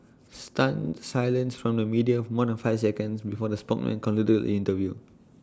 stunned silence from the media for more than five seconds before the spokesperson concluded interview